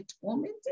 tormented